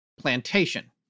plantation